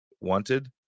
wanted